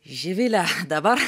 živile dabar